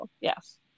yes